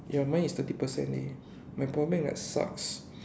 ya mine is thirty percent leh my powerbank like sucks